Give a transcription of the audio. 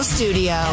Studio